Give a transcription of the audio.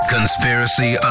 Conspiracy